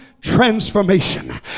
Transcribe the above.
transformation